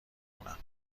کنم